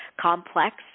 complex